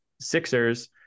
Sixers